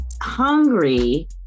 hungry